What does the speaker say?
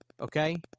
okay